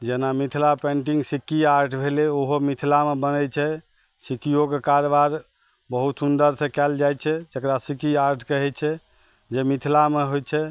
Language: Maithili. जेना मिथिला पेन्टिंग सिक्की आर्ट भेलै ओहो मिथिलामे बनै छै सिक्कियोके कारबार बहुत सुन्दरसँ कयल जाइ छै जेकरा सिक्की आर्ट कहै छै जे मिथिलामे होइ छै